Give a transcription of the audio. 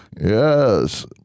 Yes